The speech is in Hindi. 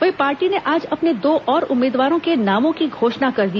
वहीं पार्टी ने आज अपने दो और उम्मीदवारों के नामों की घोषणा कर दी